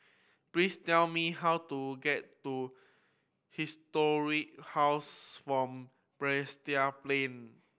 please tell me how to get to Historic House form Balestier Plain